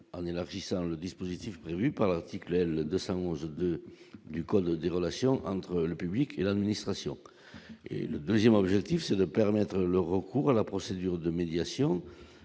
en élargissant le dispositif prévu par l'article L 211 du code des relations entre le public et l'administration et le 2ème objectif, c'est de permettre le recours à la procédure de médiation